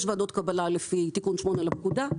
יש ועדות קבלה לפי תיקון 8 לפקודה.